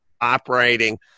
operating